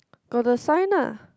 got the sign lah